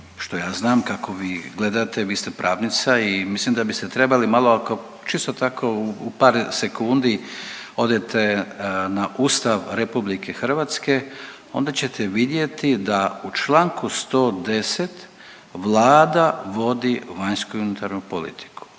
što ja znam, kako vi gledate, vi ste pravnica i mislim da biste trebali malo ako, čisto tako u par sekundi odete na Ustav RH, onda ćete vidjeti da u čl. 110 Vlada vodi vanjsku i unutarnju politiku.